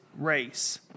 race